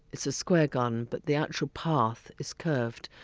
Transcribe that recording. it's a square garden but the actual path is curved.